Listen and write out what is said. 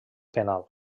penal